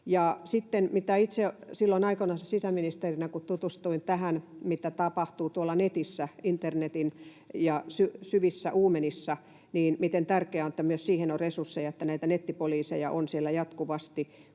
silloin aikoinansa sisäministerinä tutustuin tähän, mitä tapahtuu tuolla netissä, internetin syvissä uumenissa, miten tärkeää on, että on resursseja myös siihen, että nettipoliiseja on siellä jatkuvasti,